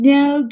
Now